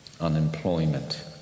unemployment